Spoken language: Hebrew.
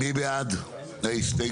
מי בעד ההסתייגות?